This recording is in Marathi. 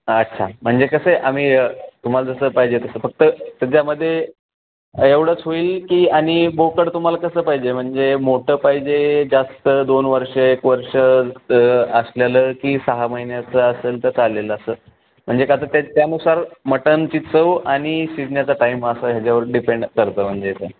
अच्छा म्हणजे कसं आहे आम्ही तुम्हाला जसं पाहिजे तसं फक्त त्याच्यामध्ये एवढंच होईल की आणि बोकड तुम्हाला कसं पाहिजे म्हणजे मोठं पाहिजे जास्त दोन वर्षं एक वर्ष असलेलं की सहा महिन्याचं असेल तर चालेल असं म्हणजे का तर त्यानुसार मटनची चव आणि शिजण्याचा टाईम असा ह्याच्यावर डिपेंड करतं म्हणजे असं